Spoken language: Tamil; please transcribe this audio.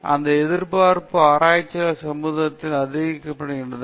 எனவே அந்த எதிர்பார்ப்பு ஆராய்ச்சியாளர்கள் சமுதாயத்தால் ஆதரிக்கப்படுகிறார்கள்